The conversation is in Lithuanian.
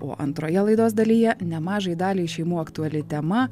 o antroje laidos dalyje nemažai daliai šeimų aktuali tema